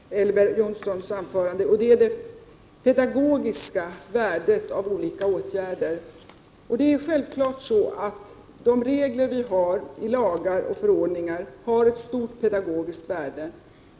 Herr talman! Jag vill ta fasta på en sak i Elver Jonssons senaste anförande, och det är det pedagogiska värdet av olika åtgärder. Det är självfallet så att de regler vi har i lagar och förordningar är av stort pedagogiskt värde.